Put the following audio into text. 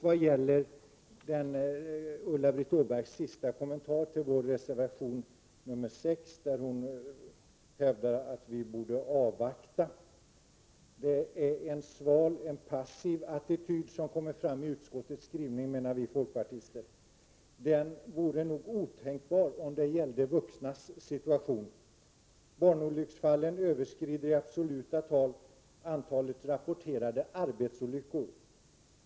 Beträffande Ulla-Britt Åbarks sista kommentar till vår reservation nr 6, där hon hävdar att vi borde avvakta litet, vill jag säga att det är en svag och passiv attityd som kommer fram i utskottets skrivning, menar vi folkpartister. Den vore nog otänkbar när det gäller vuxnas situation. Barnolycksfallen överskrider i absoluta tal antalet rapporterade arbetsolyckor.